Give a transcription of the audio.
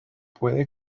puede